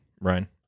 Ryan